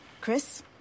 Chris